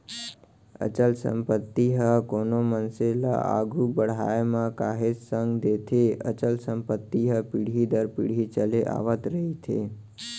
अचल संपत्ति ह कोनो मनसे ल आघू बड़हाय म काहेच संग देथे अचल संपत्ति ह पीढ़ी दर पीढ़ी चले आवत रहिथे